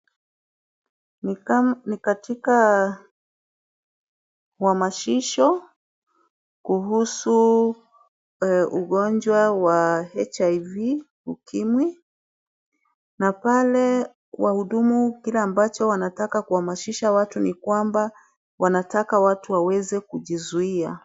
Ni katika uhamasisho kuhusu ugonjwa wa HIV nchini. Na pale wahudumu kile ambacho wanataka kuhamasisha watu ni kwamba, wanataka watu waweze kujizuia.